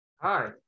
Hi